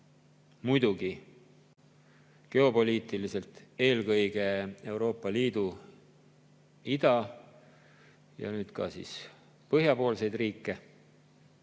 muidugi geopoliitiliselt eelkõige Euroopa Liidu ida‑ ja nüüd ka põhjapoolseid riike.